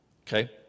Okay